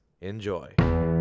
enjoy